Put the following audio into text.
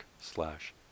slash